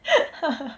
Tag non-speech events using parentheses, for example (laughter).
(noise) (laughs)